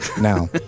now